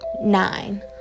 Nine